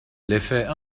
l’effet